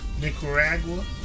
Nicaragua